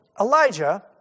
Elijah